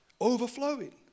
overflowing